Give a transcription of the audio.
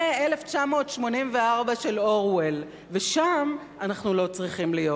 זה "1984" של אורוול, ושם אנחנו לא צריכים להיות.